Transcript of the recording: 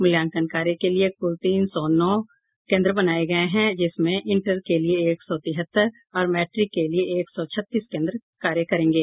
मूल्यांकन कार्य के लिये कुल तीन सौ नौ केंद्र बनाये गये हैं जिसमें इंटर के लिये एक सौ तिहत्तर और मैट्रिक के लिये एक सौ छत्तीस केंद्र कार्य करेंगे